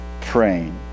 praying